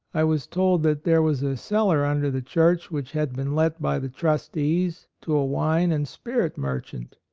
i was told that there was a cellar under the church which had been let by the trustees to a wine and spirit merchant.